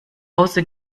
hause